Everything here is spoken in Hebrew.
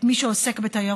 את מי שעוסק בתיירות.